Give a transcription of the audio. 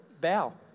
bow